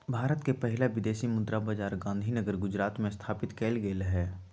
भारत के पहिला विदेशी मुद्रा बाजार गांधीनगर गुजरात में स्थापित कएल गेल हइ